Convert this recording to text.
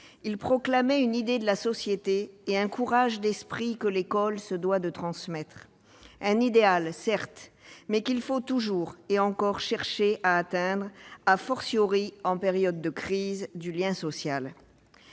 défendait une idée de la société et un courage d'esprit que l'école se doit de transmettre ; un idéal, certes, mais qu'il faut toujours et encore cherche à atteindre, en période de crise du lien social.